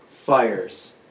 fires